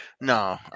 No